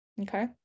Okay